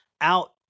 out